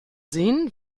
sehen